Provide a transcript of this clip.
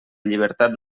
llibertat